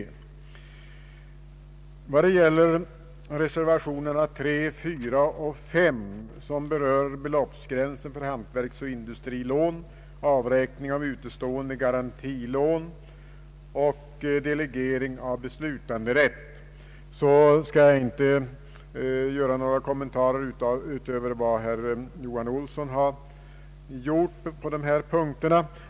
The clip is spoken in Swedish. Vad gäller reservationerna 3, 4 och 5 som rör beloppsgränsen för hantverksoch industrilån, avräkning av utestående garantilån och delegering av beslutanderätt skall jag inte göra några kommentarer utöver vad herr Johan Olsson har gjort.